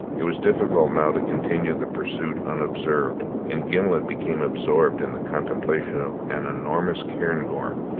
it was difficult now to continue the pursuit unobserved and gimblet became absorbed in the contemplation of an enormous cairngorm,